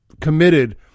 committed